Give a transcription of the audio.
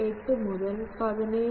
8 മുതൽ 17